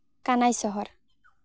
ᱠᱟᱱᱟᱭ ᱥᱚᱦᱚᱨ